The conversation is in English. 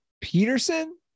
Peterson